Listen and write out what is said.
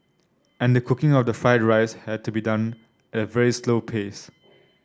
and the cooking of the fried rice has to be done at a very slow pace